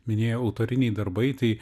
minėjau autoriniai darbai tai